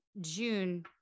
June